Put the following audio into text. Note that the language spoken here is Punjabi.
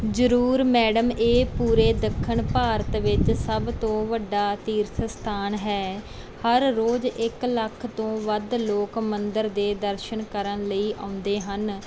ਜ਼ਰੂਰ ਮੈਡਮ ਇਹ ਪੂਰੇ ਦੱਖਣ ਭਾਰਤ ਵਿੱਚ ਸਭ ਤੋਂ ਵੱਡਾ ਤੀਰਥ ਅਸਥਾਨ ਹੈ ਹਰ ਰੋਜ਼ ਇੱਕ ਲੱਖ ਤੋਂ ਵੱਧ ਲੋਕ ਮੰਦਰ ਦੇ ਦਰਸ਼ਨ ਕਰਨ ਲਈ ਆਉਂਦੇ ਹਨ